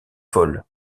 vol